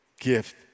gift